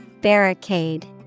Barricade